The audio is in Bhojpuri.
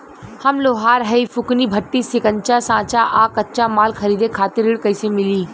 हम लोहार हईं फूंकनी भट्ठी सिंकचा सांचा आ कच्चा माल खरीदे खातिर ऋण कइसे मिली?